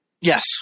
Yes